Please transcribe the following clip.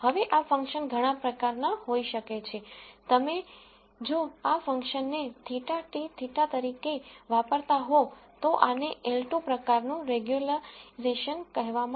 હવે આ ફંકશન ઘણા પ્રકારનાં હોઈ શકે છે તમે જો આ ફંક્શનને θTθ તરીકે વાપરતા હો તો આને L2 પ્રકારનું રેગ્યુલરાઇઝેશન કહેવામાં આવે છે